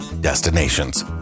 destinations